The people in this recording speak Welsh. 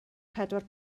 pedwar